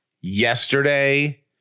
yesterday